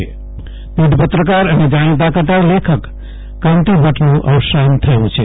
અવસાજ પીઢ પત્રકાર અને જાણીતા કટાર લેખક કાંતિ ભટ્ટનું અવસાન થયું છે